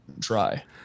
try